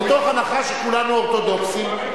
--- מתוך הנחה שכולנו אורתודוקסים,